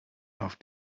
auf